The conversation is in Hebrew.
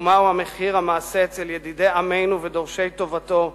ומהו מחיר המעשה אצל ידידי עמנו ודורשי טובתו,